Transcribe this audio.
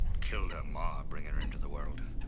killed her ma, bringing her into the world.